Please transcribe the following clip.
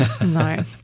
No